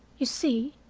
you see,